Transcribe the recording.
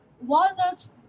walnuts